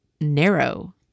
narrow